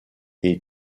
est